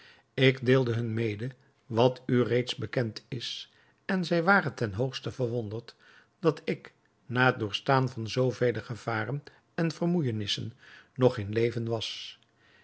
ik deelde hun mede wat u reeds bekend is en zij waren ten hoogste verwonderd dat ik na het doorstaan van zoo vele gevaren en vermoeijenissen nog in leven was